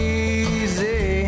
easy